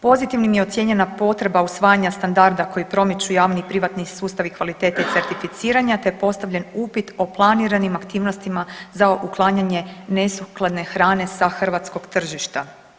Pozitivnim je ocijenjena potreba usvajanja standarda koji promiču javni i privatni sustav i kvaliteti certificiranja te je postavljen upit o planiranim aktivnostima za uklanjanje nesukladne hrane sa hrvatskog tržišta.